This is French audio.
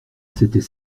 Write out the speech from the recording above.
c’était